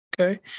Okay